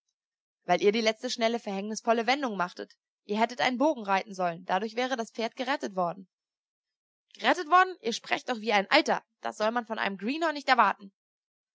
weil ihr die letzte schnelle verhängnisvolle wendung machtet ihr hättet einen bogen reiten sollen dadurch wäre das pferd gerettet worden gerettet worden ihr sprecht doch wie ein alter das sollte man von einem greenhorn nicht erwarten